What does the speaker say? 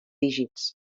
dígits